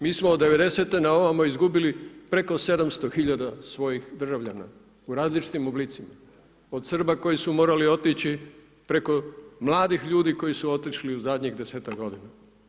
Mi smo od '90.-te na ovamo izgubili preko 700 hiljada svojih državljana u različitim oblicima od Srba koji su morali otići preko mladih ljudi koji su otišli u zadnjih 10-ak godina.